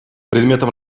предметом